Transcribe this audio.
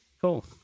Cool